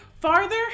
farther